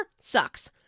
sucks